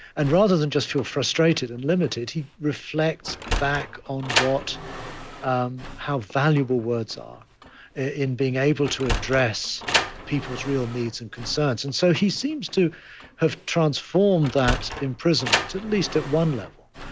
and rather than just feel frustrated and limited, he reflects back on um how valuable words are in being able to address people's real needs and concerns. and so he seems to have transformed that imprisonment, at at least at one level,